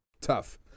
Tough